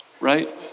right